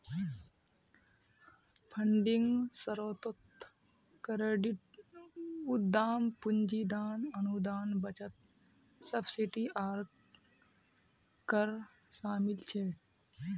funding स्रोतोत credit, उद्दाम पूंजी, दान, अनुदान, बचत, सब्सिडी आर कर शामिल छे